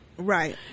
Right